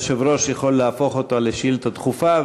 היושב-ראש יכול להפוך אותה לשאילתה דחופה,